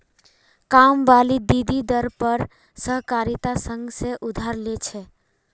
कामवाली दीदी दर पर सहकारिता संघ से उधार ले छे